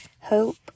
hope